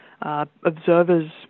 Observers